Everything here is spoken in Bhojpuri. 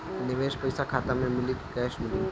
निवेश पइसा खाता में मिली कि कैश मिली?